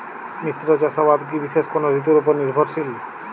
মিশ্র চাষাবাদ কি বিশেষ কোনো ঋতুর ওপর নির্ভরশীল?